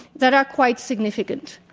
that are quite significant.